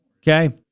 Okay